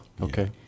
Okay